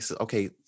okay